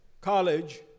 college